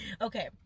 Okay